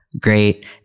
great